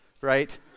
right